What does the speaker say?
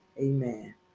Amen